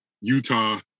Utah